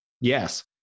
Yes